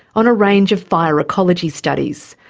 on a range of fire ecology studies.